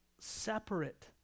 separate